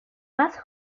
más